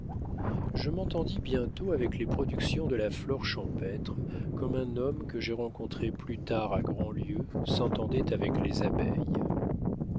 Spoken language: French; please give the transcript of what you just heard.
je m'entendis bientôt avec les productions de la flore champêtre comme un homme que j'ai rencontré plus tard à grandlieu s'entendait avec les abeilles